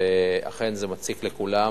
ואכן זה מציק לכולם,